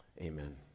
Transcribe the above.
Amen